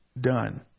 done